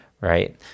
Right